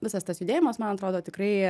visas tas judėjimas man atrodo tikrai